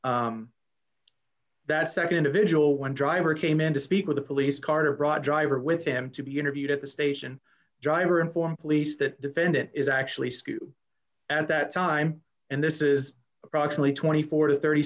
individual that nd individual one driver came in to speak with the police car brought driver with him to be interviewed at the station driver informed police that defendant is actually skew at that time and this is approximately twenty four to thirty